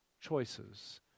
choices